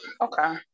Okay